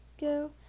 go